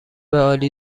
عالی